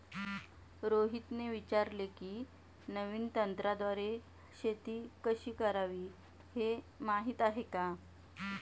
रोहितने विचारले की, नवीन तंत्राद्वारे शेती कशी करावी, हे माहीत आहे का?